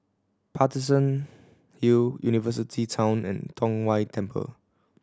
Paterson Hill University Town and Tong Whye Temple